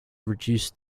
reduce